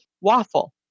waffle